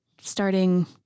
starting